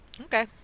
Okay